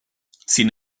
sin